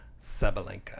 Sabalenka